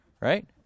right